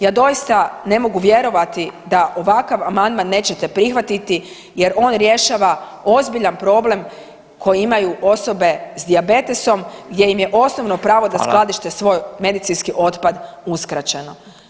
Ja doista ne mogu vjerovati da ovakav amandman nećete prihvatiti, jer on rješava ozbiljan problem koji imaju osobe sa dijabetesom gdje im je osnovno pravo da skladište svoj medicinski otpad uskraćeno.